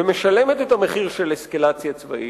ומשלמת את המחיר של אסקלציה צבאית,